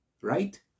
right